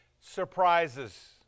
surprises